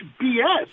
BS